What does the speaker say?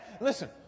Listen